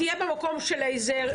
תהיה במקום של לייזר,